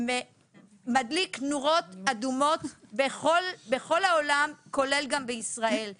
מדליק נורות אדומות בכל העולם, כולל גם בישראל.